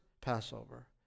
Passover